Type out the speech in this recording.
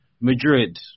Madrid